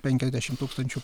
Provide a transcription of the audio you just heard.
penkiasdešimt tūkstančių